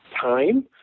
time